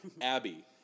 Abby